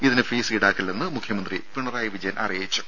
ഇതിന് ഫീസ് ഈടാക്കില്ലെന്ന് മുഖ്യമന്ത്രി പിണറായി വിജയൻ അറിയിച്ചു